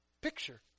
picture